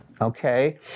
okay